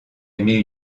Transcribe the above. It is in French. aimée